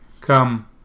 come